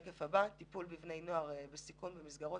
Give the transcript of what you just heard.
בטיפול בבני נוער בסיכון במסגרות